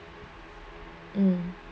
um